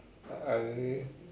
I